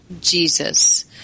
Jesus